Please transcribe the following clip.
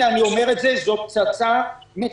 הנה אני אומר את זה: זאת פצצה מתקתקת.